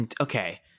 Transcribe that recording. Okay